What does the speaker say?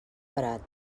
barat